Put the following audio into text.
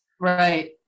Right